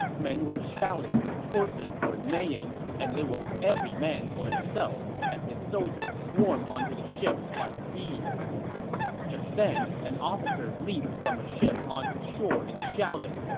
men were shouting, horses were neighing, and it was every man for himself as his soldiers swarmed toward the ships like bees just then, an officer leaped from a ship onto shore and shouted,